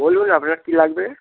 বলুন আপনার কী লাগবে